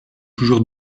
toujours